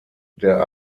der